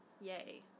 Yay